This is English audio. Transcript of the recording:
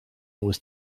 was